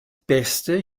beste